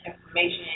information